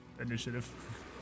initiative